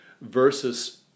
versus